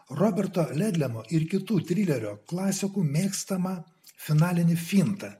roberto ledlemo ir kitų trilerio klasikų mėgstamą finalinį fintą